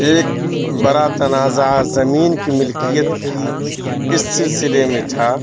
ایک بڑا تنازع زمین کی ملکیت کی اس سلسلے میں تھا